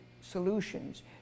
solutions